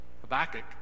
Habakkuk